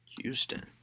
Houston